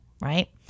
right